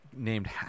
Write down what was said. named